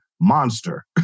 Monster